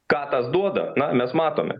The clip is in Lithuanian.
ką tas duoda na mes matome